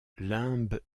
limbe